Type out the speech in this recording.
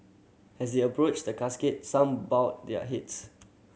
as they approached the casket some bowed their heads